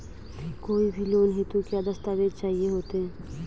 कोई भी लोन हेतु क्या दस्तावेज़ चाहिए होते हैं?